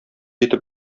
итеп